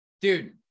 dude